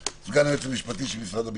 סגן היועץ המשפטי של משרד הביטחון,